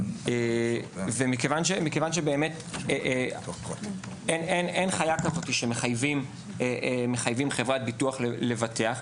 מכיוון שאין חיה כזאת שמחייבים חברת ביטוח לבטח,